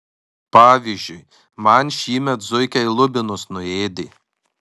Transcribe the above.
pavyzdžiui man šįmet zuikiai lubinus nuėdė